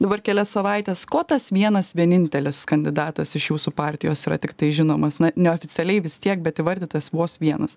dabar kelias savaites ko tas vienas vienintelis kandidatas iš jūsų partijos yra tiktai žinomas na neoficialiai vis tiek bet įvardytas vos vienas